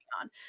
on